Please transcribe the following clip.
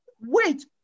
wait